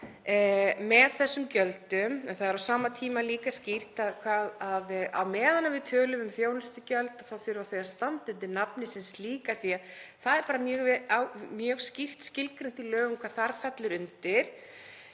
með þessum gjöldum. En það er á sama tíma líka skýrt að á meðan við tölum um þjónustugjöld þurfa þau að standa undir nafni sem slík, af því að það er bara mjög skýrt skilgreint í lögum hvað þar fellur undir.